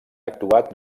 actuat